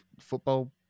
football